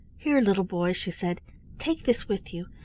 here, little boy, she said take this with you,